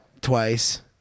twice